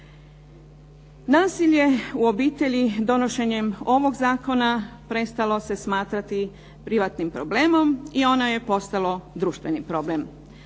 Nasilje u obitelji donošenjem ovog zakona prestalo se smatrati privatnim problemom i ono je postalo društveni problem.